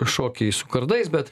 šokiai su kardais bet